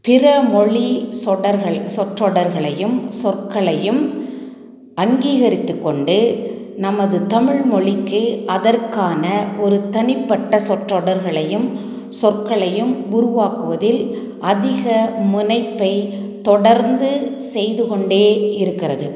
பிற மொழி சொடர்கள் சொற்றொடர்களையும் சொற்களையும் அங்கீகரித்து கொண்டு நமது தமிழ்மொழிக்கு அதற்கான ஒரு தனிப்பட்ட சொற்றொடர்களையும் சொற்களையும் உருவாக்குவதில் அதிக முனைப்பை தொடர்ந்து செய்துகொண்டே இருக்கிறது